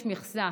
יש מכסה